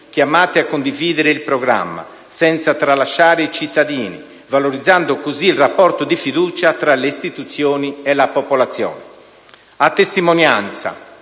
chiamate a condividere il programma, senza tralasciare i cittadini, valorizzando così il rapporto di fiducia tra le istituzioni e la popolazione. A testimonianza